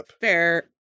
Fair